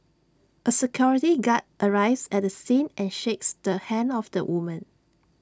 A security guard arrives at the scene and shakes the hand of the woman